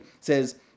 says